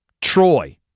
Troy